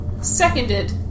Seconded